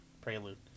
prelude